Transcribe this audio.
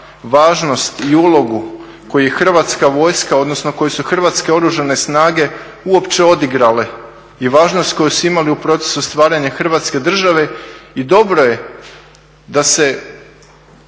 važnost i ulogu koju je hrvatska vojska, odnosno koju su Hrvatske oružane snage uopće odigrale i važnost koju su imali u procesu stvaranja Hrvatske države. I dobro je da se